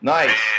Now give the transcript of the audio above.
Nice